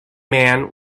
man